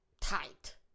Tight